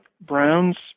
Brown's